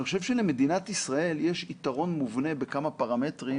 אני חושב שלמדינת ישראל יש יתרון מובנה בכמה פרמטרים,